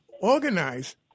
organize